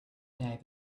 day